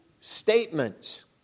statements